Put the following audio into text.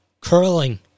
Curling